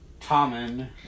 Tommen